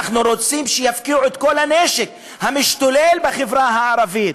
אנחנו רוצים שיפקיעו את כל הנשק המשתולל בחברה הערבית,